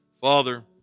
Father